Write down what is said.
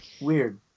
Weird